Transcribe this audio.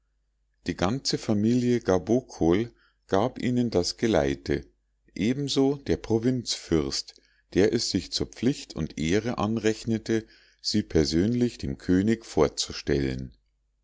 die ganze familie gabokol gab ihnen das geleite ebenso der provinzfürst der es sich zur pflicht und ehre anrechnete sie persönlich dem könig vorzustellen